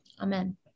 Amen